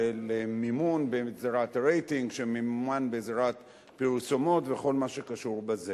של מימון בעזרת הרייטינג שממומן בעזרת פרסומות וכל מה שקשור בזה.